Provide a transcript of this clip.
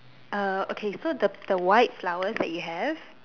uh okay so the the white flowers that you have